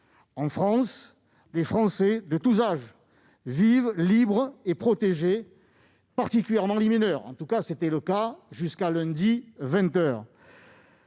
En France, les Français de tous âges vivent libres et protégés, particulièrement les mineurs. C'était tout du moins le cas jusqu'à lundi,